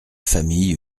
familles